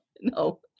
No